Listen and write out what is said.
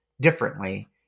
differently